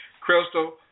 Crystal